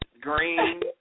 green